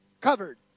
covered